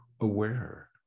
aware